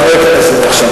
אבל אני לא אכנס לזה עכשיו.